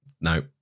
no